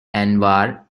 anwar